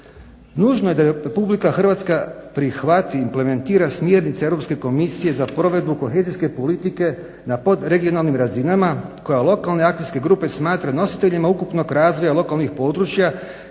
Nužno je da Republike Hrvatska prihvati i implementira smjernice Europske komisije za provedbu kohezijske politike na podregionalnim razinama koja lokalne akcijske grupe smatra nositeljima ukupnog razvoja lokalnih područja